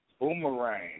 Boomerang